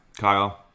Kyle